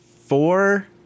four